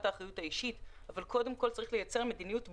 האחריות האישית אבל קודם כל צריך לייצר מדיניות ברורה,